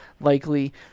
likely